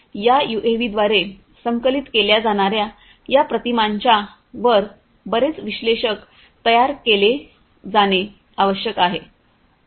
या यूएव्हीद्वारे संकलित केल्या जाणार्या या प्रतिमांच्या वर बरेच विश्लेषक तयार केले जाणे आवश्यक आहे